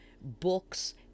books